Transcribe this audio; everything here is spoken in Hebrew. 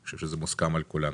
אני חושב שזה מוסכם על כולנו.